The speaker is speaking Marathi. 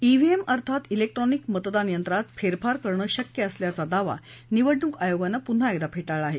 डेहीएम अर्थात ब्रेक्ट्रॉनिक मतदान यंत्रात फेरफार करणं शक्य असल्याचा दावा निवडणूक आयोगानं पुन्हा एकदा फेटाळला आहे